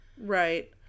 Right